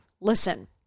Listen